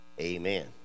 amen